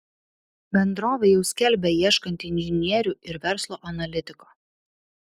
bendrovė jau skelbia ieškanti inžinierių ir verslo analitiko